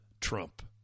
Trump